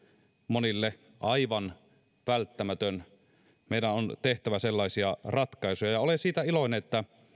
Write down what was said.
monille aivan välttämätön meidän on tehtävä sellaisia ratkaisuja olen siitä iloinen että